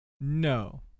No